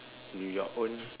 your own